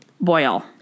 boil